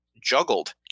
juggled